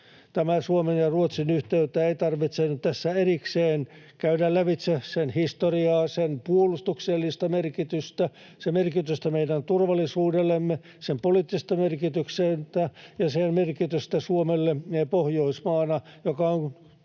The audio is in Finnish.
Suomen ja Ruotsin yhteyttä ei tarvitse nyt tässä erikseen käydä lävitse, sen historiaa, sen puolustuksellista merkitystä, sen merkitystä meidän turvallisuudellemme, sen poliittista merkitystä ja sen merkitystä Suomelle Pohjoismaana, joka on